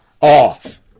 off